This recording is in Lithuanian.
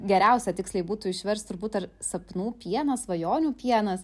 geriausia tiksliai būtų išverst turbūt ar sapnų pienas svajonių pienas